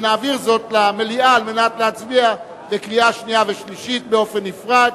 ונעביר זאת למליאה כדי להצביע בקריאה שנייה ושלישית באופן נפרד.